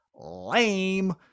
lame